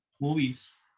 movies